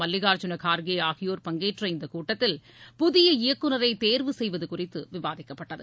மல்லிகார்ஜுன கார்கே ஆகியோர் பங்கேற்ற இந்தக் கூட்டத்தில் புதிய இயக்குனரை தேர்வு செய்வது குறித்து விவாதிக்கப்பட்டது